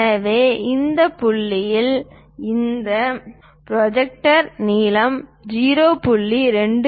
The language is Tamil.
எனவே இந்த புள்ளியில் இந்த ப்ரொஜெக்டர் நீளம் 0